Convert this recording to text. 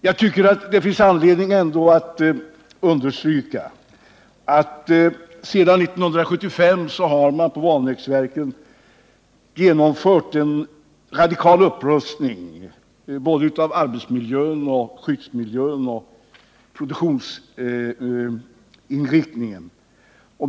Jag tycker emellertid att det finns anledning att här understryka att man sedan 1975 har genomfört en radikal upprustning vid Vanäsverken, såväl av arbetsmiljön och skyddsmiljön som i produktivitetshänseende.